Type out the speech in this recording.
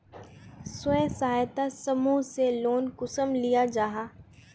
स्वयं सहायता समूह से लोन कुंसम लिया जाहा?